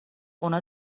اونا